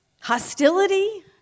hostility